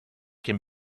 can